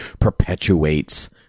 perpetuates